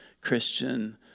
Christian